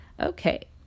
Okay